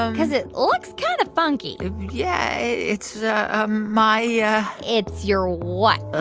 um because it looks kind of funky yeah, it's ah my. yeah it's your what. ah